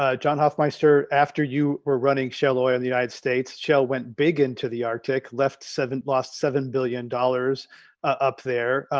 ah john hofmeister after you were running cheloy in the united states shell went big into the arctic left seven lost seven billion dollars up there,